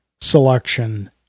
selection